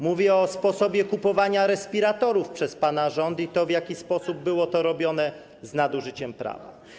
Mówię o sposobie kupowania respiratorów przez pana rząd i o tym, w jaki sposób było to robione z nadużyciem prawa.